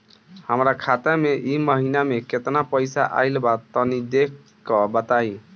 हमरा खाता मे इ महीना मे केतना पईसा आइल ब तनि देखऽ क बताईं?